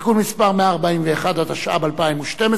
(תיקון מס' 141), התשע"ב 2012,